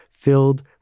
filled